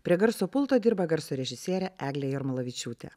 prie garso pulto dirba garso režisierė eglė jarmolavičiūtė